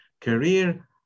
career